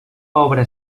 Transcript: obra